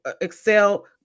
excel